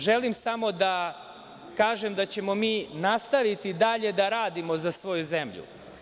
Želim samo da kažem da ćemo mi nastaviti dalje da radimo za svoju zemlju.